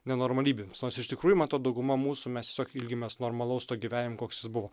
nenormalybėmis nors iš tikrųjų man atrodo dauguma mūsų mes tiesiog ilgimės normalaus to gyvenimo koks jis buvo